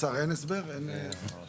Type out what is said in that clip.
היום יש